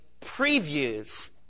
previews